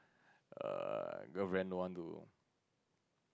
err girlfriend don't want to